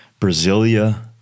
Brasilia